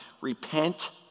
Repent